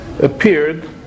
appeared